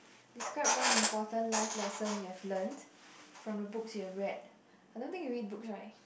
describe one important life lesson you had learnt from the books you've read I don't think you read book right